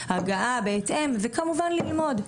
הגעה בהתאם וכמובן ללמוד.